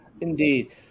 indeed